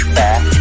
back